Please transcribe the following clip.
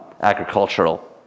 agricultural